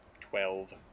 Twelve